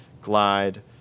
Glide